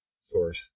source